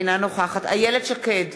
אינה נוכחת איילת שקד,